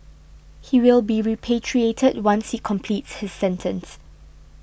he will be repatriated once he completes his sentence